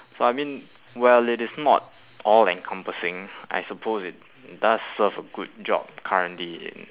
so I mean well it is not all encompassing I suppose it does serve a good job currently in